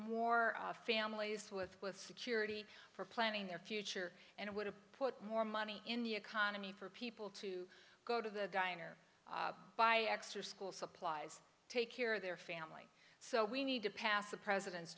more families with with security for planning their future and it would have put more money in the economy for people to go to the diner buy extra school supplies take care their family so we need to pass the president's